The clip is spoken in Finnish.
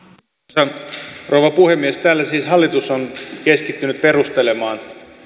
arvoisa rouva puhemies täällä siis hallitus on keskittynyt perustelemaan